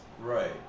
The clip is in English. right